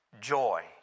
joy